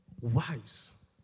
wives